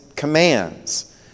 commands